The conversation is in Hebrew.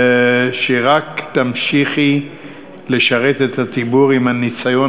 ושרק תמשיכי לשרת את הציבור עם הניסיון